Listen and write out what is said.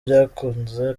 byakunze